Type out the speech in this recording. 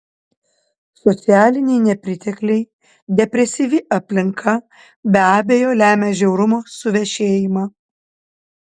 socialiniai nepritekliai depresyvi aplinka be abejo lemia žiaurumo suvešėjimą